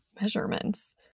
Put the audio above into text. measurements